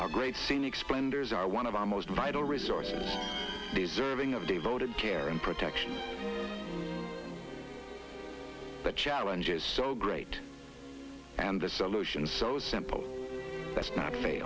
our great scenic splendors are one of our most vital resources deserving of devoted care and protection the challenge is so great and the solutions so simple that's not fai